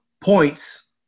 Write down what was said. points